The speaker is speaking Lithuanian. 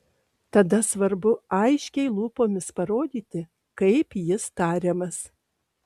tada svarbu aiškiai lūpomis parodyti kaip jis tariamas